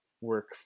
work